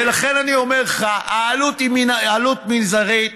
ולכן אני אומר לך: העלות היא עלות מזערית.